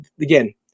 again